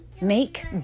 make